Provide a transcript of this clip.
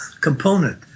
component